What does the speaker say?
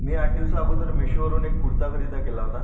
मी आठ दिवसा अगोदर मीशोवरून एक कुडता खरेदी केला होता